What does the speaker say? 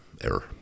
Error